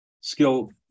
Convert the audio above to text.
skill